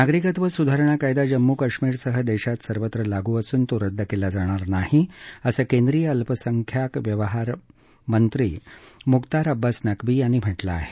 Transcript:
नागरिकत्व सुधारणा कायदा जम्मू कश्मीरसह देशात सर्वत्र लागू असून तो रद्द केला जाणार नाही असं केंद्रीय अल्पसंख्याक व्यवहारमंत्री मुख्तार अब्बास नकवी यांनी म्हटलं आहे